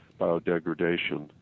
Biodegradation